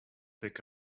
pick